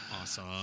awesome